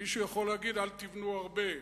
מישהו יכול להגיד: אל תבנו הרבה.